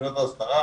רשויות ההסדרה,